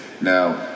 Now